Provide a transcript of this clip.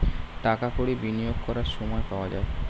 টাকা কড়ি বিনিয়োগ করার সময় পাওয়া যায়